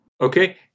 Okay